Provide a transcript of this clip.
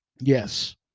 Yes